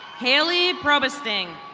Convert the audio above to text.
haliet robesting.